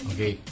Okay